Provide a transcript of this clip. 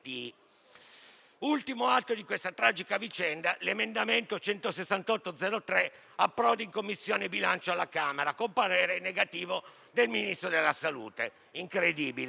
L'ultimo atto di questa tragica vicenda è l'emendamento 168.03 che approda in Commissione bilancio alla Camera con parere negativo del Ministro della Salute. Incredibile.